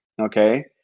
okay